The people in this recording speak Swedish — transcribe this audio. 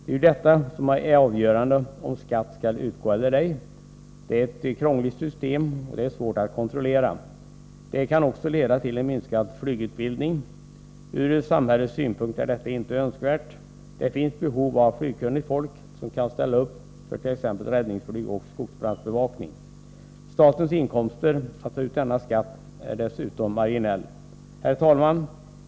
Det är ju detta som är avgörande om skatt skall utgå eller ej. Det är ett krångligt system som är svårt att kontrollera. Det kan också leda till en minskad flygutbildning. Ur samhällets synpunkt är detta inte önskvärt. Det finns behov av flygkunnigt folk som kan ställa upp för t.ex. räddningsflyg och skogsbrandsbevakning. Statens inkomster av att ta ut denna skatt är dessutom marginella. Herr talman!